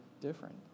different